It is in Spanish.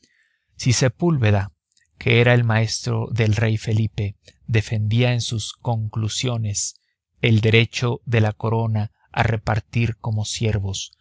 si sepúlveda que era el maestro del rey felipe defendía en sus conclusiones el derecho de la corona a repartir como siervos